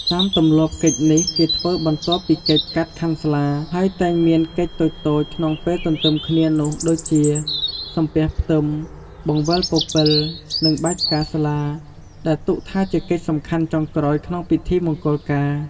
តាមទម្លាប់កិច្ចនេះគេធ្វើបន្ទាប់ពីកិច្ចកាត់ខាន់ស្លា ហើយតែងមានកិច្ចតូចៗក្នុងពេលទន្ទឹមគ្នានោះដូចជា សំពះផ្ទឹម បង្វិលពពិល និងបាចផ្កាស្លា ដែលទុកថាជាកិច្ចសំខាន់ចុងក្រោយក្នុងពិធីមង្គលការ។